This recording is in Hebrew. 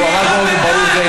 הוא אמר באופן ברור "זו עמדתי".